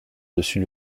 dessus